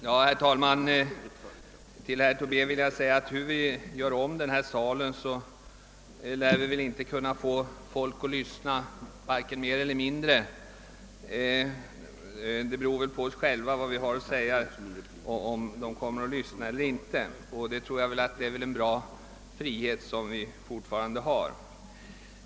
Herr talman! Till herr Tobé vill jag säga att hur vi än gör om denna sal lär vi väl inte kunna få folk att lyssna mer eller mindre. Det beror väl på oss själva och på vad vi har att säga. Jag tror att det är en bra frihet den att låta bli och lyssna som vi fortfarande har.